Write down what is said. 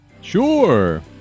Sure